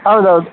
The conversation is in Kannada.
ಹೌದು ಹೌದು